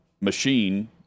machine